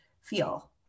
feel